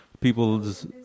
people's